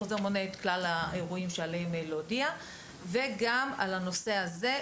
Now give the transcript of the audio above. החוזר מונה את כלל האירועים שעליהם להודיע וגם על הנושא הזה,